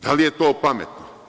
Da li je to pametno?